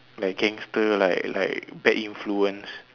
like gangster like like bad influence